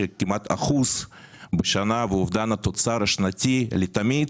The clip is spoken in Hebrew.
כמעט אחוז בשנה ואובדן התוצר השנתי לתמיד,